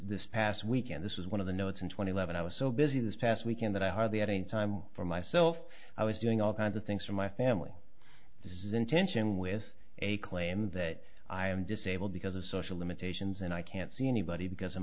this past weekend this is one of the notes and twenty levon i was so busy this past weekend that i hardly had any time for myself i was doing all kinds of things for my family is in tension with a claim that i am disabled because of social limitations and i can't see anybody because of